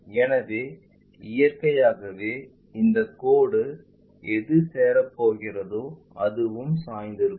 எனவே இயற்கையாகவே இந்த கோடு எது சேரப்போகிறதோ அதுவும் சாய்ந்திருக்கும்